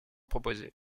proposés